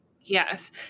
Yes